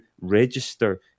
register